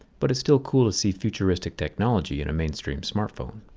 but it's still cool to see futuristic technology in a mainstream smartphone.